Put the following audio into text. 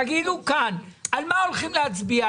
תגידו כאן על מה הולכים להצביע,